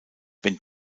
wenn